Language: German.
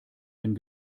wenn